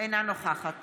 נוכחת